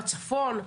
בצפון,